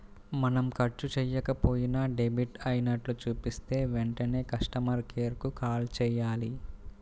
మనం ఖర్చు చెయ్యకపోయినా డెబిట్ అయినట్లు చూపిస్తే వెంటనే కస్టమర్ కేర్ కు కాల్ చేయాలి